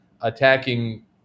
attacking